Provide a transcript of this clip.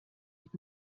mit